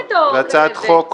הצעת חוק